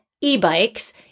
e-bikes